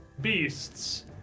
beasts